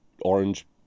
orange